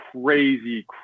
crazy